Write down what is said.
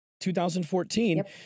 2014